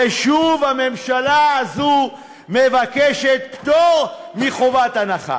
ושוב הממשלה הזו מבקשת פטור מחובת הנחה,